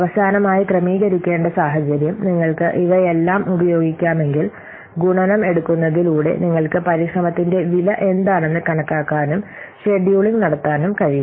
അവസാനമായി ക്രമീകരിക്കേണ്ട സാഹചര്യം നിങ്ങൾക്ക് ഇവയെല്ലാം ഉപയോഗിക്കാമെങ്കിൽ ഗുണനം എടുക്കുന്നതിലൂടെ നിങ്ങൾക്ക് പരിശ്രമത്തിന്റെ വില എന്താണെന്ന് കണക്കാക്കാനും ഷെഡ്യൂളിംഗ് നടത്താനും കഴിയും